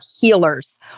healers